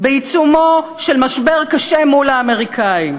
בעיצומו של משבר קשה מול האמריקנים,